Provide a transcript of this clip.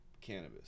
cannabis